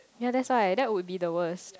ya that's right that would be the worst